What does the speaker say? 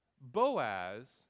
Boaz